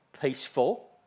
peaceful